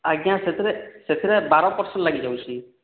ଆଜ୍ଞା ସେଥିରେ ସେଥିରେ ବାର ପର୍ସେଣ୍ଟ ଲାଗିଯାଉଛି